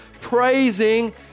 praising